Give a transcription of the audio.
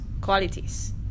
qualities